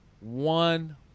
one